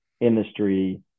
industry